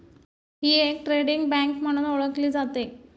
ही एक trading bank म्हणून ओळखली जाते